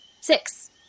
Six